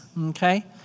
okay